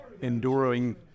enduring